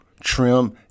trim